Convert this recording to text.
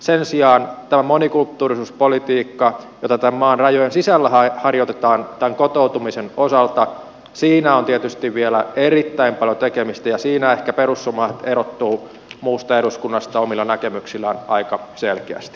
sen sijaan tässä monikulttuurisuuspolitiikassa jota tämän maan rajojen sisällä harjoitetaan kotoutumisen osalta on tietysti vielä erittäin paljon tekemistä ja siinä ehkä perussuomalaiset erottuvat muusta eduskunnasta omilla näkemyksillään aika selkeästi